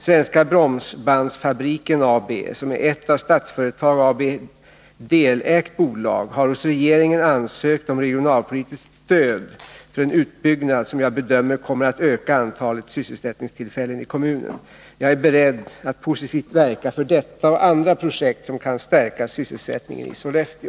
Svenska Bromsbandsfabriken AB, som är ett av Statsföretag AB delägt bolag, har hos regeringen ansökt om regionalpolitiskt stöd för en utbyggnad som jag bedömer kommer att öka antalet sysselsättningstillfällen i kommunen. Jag är beredd att positivt verka för detta och andra projekt som kan stärka sysselsättningen i Sollefteå.